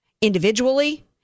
individually